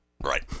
Right